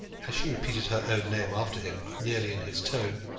as she repeated her own name after him, nearly in his tone,